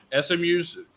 SMU's